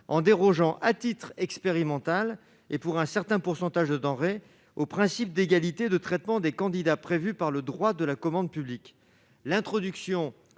en dérogeant à titre expérimental et pour un certain pourcentage de denrées au principe d'égalité de traitement des candidats prévue par le droit de la commande publique, l'introduction